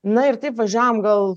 nu ir taip važiavom gal